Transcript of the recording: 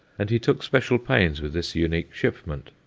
and he took special pains with this unique shipment.